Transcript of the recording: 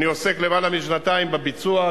אני עוסק למעלה משנתיים בביצוע,